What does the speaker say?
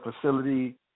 facility